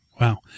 Wow